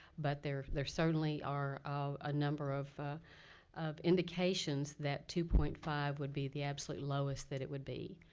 but there there certainly are a number of ah of indications that two point five would be the absolute lowest that it would be.